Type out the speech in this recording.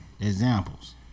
Examples